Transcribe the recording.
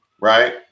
right